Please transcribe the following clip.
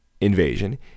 invasion